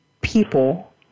people